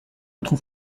trouve